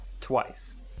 Twice